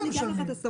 לא משלמים.